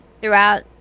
throughout